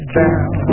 down